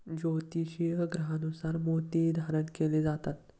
ज्योतिषीय ग्रहांनुसार मोतीही धारण केले जातात